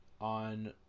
on